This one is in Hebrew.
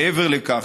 מעבר לכך,